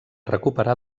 recuperar